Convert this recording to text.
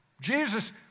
Jesus